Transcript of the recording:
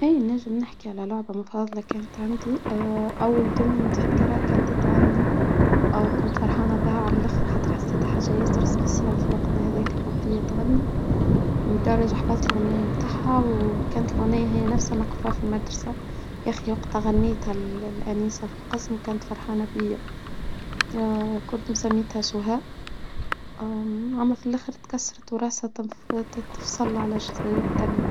إيا، نجم نحكي على لعبة مفاضلة كانت عندي أول دمية متذكره كانت تغني كنت فرحانة بها على الآخر، حتى حسيتها حاجة ياسر خاصة في وقتنا هذاك تغني، من الدرجة حفظت الأغنية بتاعها، وكانت الأغنية هي نفسها نقفها في المدرسة، يا أخي وقتها الأنسة في القسم وكانت فرحانة بيا كنت مسميتها سها و في الآخر اتكسرت و رأسها تفصل على الدناء.